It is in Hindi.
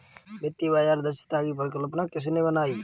वित्तीय बाजार दक्षता की परिकल्पना किसने बनाई?